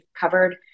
covered